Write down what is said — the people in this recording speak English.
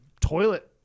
toilet